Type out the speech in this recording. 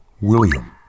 William